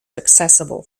accessible